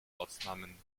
ortsnamen